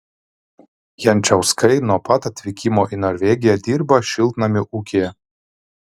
jančauskai nuo pat atvykimo į norvegiją dirba šiltnamių ūkyje